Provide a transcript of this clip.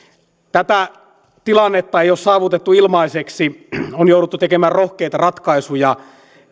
tätä tilannetta ei ole saavutettu ilmaiseksi on jouduttu tekemään rohkeita ratkaisuja